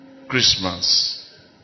Christmas